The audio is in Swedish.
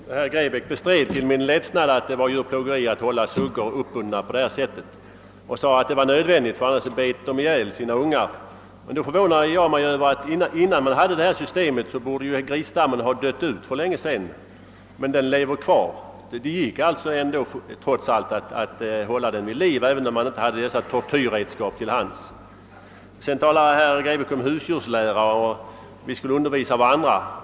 Herr talman! Herr Grebäck bestred till min ledsnad att det var djurplågeri att behandla suggor på detta sätt men sade att det var nödvändigt, annars bet de ihjäl sina ungar. Innan man hade detta system borde väl då grisstammen ha dött ut, men den lever kvar, så det gick alltså att hålla den vid liv även utan dessa tortyrredskap. Herr Grebäck talar om husdjurslära och att han skall undervisa mig.